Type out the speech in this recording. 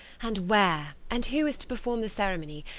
and where, and who is to perform the ceremony,